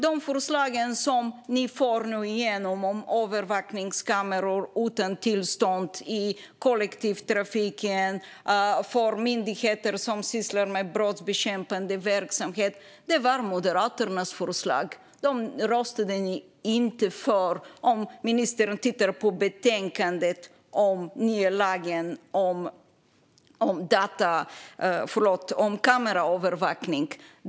De förslag som ni nu får igenom om tillståndsbefriade övervakningskameror i kollektivtrafiken och för myndigheter som sysslar med brottsbekämpande verksamhet var Moderaternas förslag. Ni röstade inte för dem. Ministern kan titta på betänkandet om lagen om kameraövervakning.